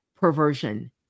perversion